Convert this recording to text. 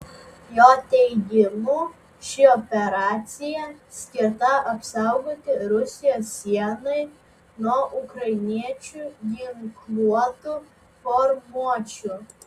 jo teigimu ši operacija skirta apsaugoti rusijos sienai nuo ukrainiečių ginkluotų formuočių